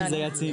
סליחה.